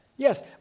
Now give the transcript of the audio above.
Yes